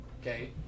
okay